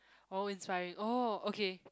oh inspiring oh okay